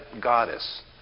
goddess